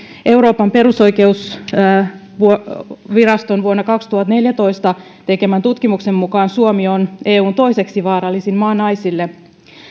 euroopan perusoikeusviraston vuonna kaksituhattaneljätoista tekemän tutkimuksen mukaan suomi on eun toiseksi vaarallisin maa naisille